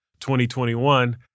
2021